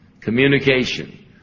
communication